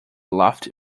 lofty